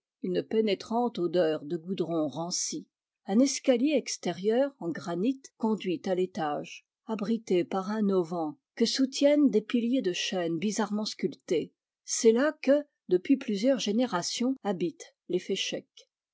une pénétrante odeur de goudron ranci un escalier extérieur en granit conduit à l'étage abrité par un auvent que soutiennent des piliers de chêne bizarrement sculptés c'est là que depuis plusieurs générations habitent